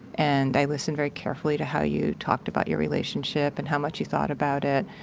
and i listened very carefully to how you talked about your relationship and how much you thought about it,